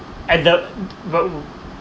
at the wor~